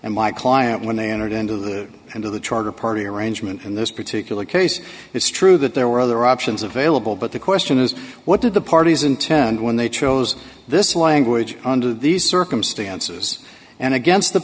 and my client when they entered into the into the charter party arrangement in this particular case it's true that there were other options available but the question is what did the parties intend when they chose this language under these circumstances and against the